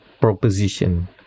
proposition